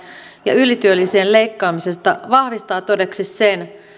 ja ylityölisien leikkaamisesta vahvistaa todeksi sen